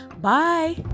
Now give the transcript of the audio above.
bye